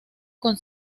con